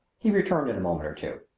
he returned in a moment or two.